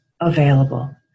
available